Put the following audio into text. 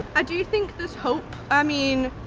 i do think there's hope, i mean,